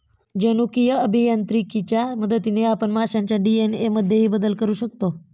जनुकीय अभियांत्रिकीच्या मदतीने आपण माशांच्या डी.एन.ए मध्येही बदल करू शकतो